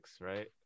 right